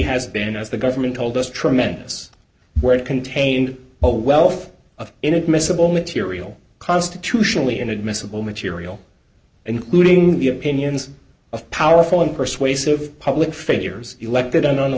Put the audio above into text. has been as the government told us tremendous word contained a wealth of inadmissible material constitutionally inadmissible material including the opinions of powerful and persuasive public figures elected on an